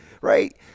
right